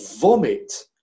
vomit